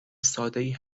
سادهای